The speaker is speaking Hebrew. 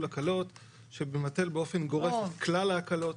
הקלות שתינתן באופן גורף על כלל ההקלות.